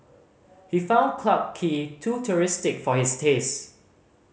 he found Clarke Quay too touristic for his taste